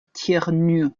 thiernu